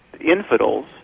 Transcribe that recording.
infidels